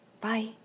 Bye